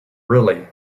really